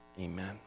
Amen